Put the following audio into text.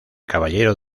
caballero